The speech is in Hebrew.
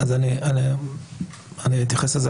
אני אתייחס לזה,